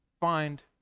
find